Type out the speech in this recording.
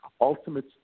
ultimate